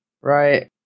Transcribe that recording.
Right